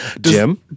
Jim